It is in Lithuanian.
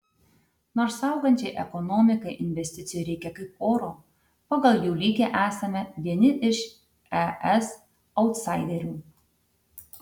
nors augančiai ekonomikai investicijų reikia kaip oro pagal jų lygį esame vieni iš es autsaiderių